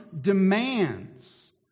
demands